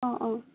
অঁ অঁ